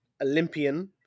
Olympian